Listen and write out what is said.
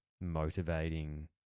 motivating